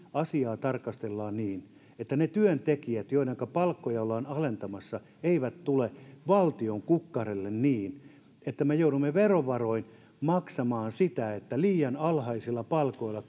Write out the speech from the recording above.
asiaa tarkastellaan että ne työntekijät joidenka palkkoja ollaan alentamassa eivät tule valtion kukkarolle niin että me joudumme verovaroin maksamaan siitä että liian alhaisilla palkoilla